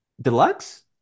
Deluxe